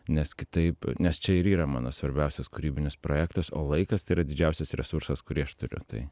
nes kitaip nes čia ir yra mano svarbiausias kūrybinis projektas o laikas tai yra didžiausias resursas kurį aš turiu tai